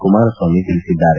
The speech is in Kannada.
ಕುಮಾರಸ್ವಾಮಿ ಹೇಳಿದ್ದಾರೆ